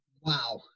Wow